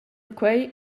quei